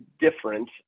different